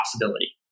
possibility